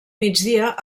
migdia